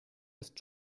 ist